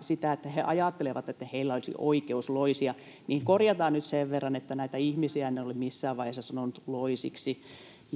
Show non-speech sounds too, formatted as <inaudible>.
sitä, että he ajattelevat, että heillä olisi oikeus loisia. Korjataan siis nyt sen verran, että näitä ihmisiä en ole missään vaiheessa sanonut loisiksi. <noise> —